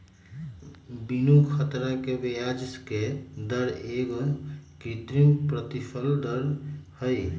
बीनू ख़तरा के ब्याजके दर एगो कृत्रिम प्रतिफल दर हई